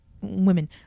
women